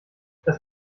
das